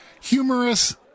Humorous